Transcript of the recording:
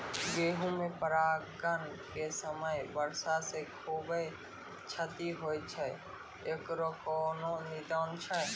गेहूँ मे परागण के समय वर्षा से खुबे क्षति होय छैय इकरो कोनो निदान छै?